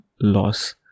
loss